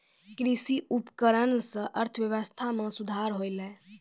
कृषि उपकरण सें अर्थव्यवस्था में सुधार होलय